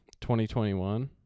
2021